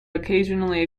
occasionally